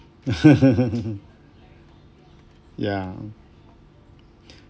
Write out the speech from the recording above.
ya